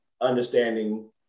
understanding